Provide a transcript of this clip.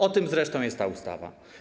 O tym zresztą jest ta ustawa.